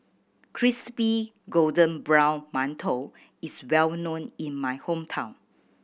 crispy golden brown mantou is well known in my hometown